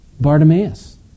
Bartimaeus